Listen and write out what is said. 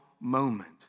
moment